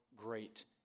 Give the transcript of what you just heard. great